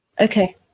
Okay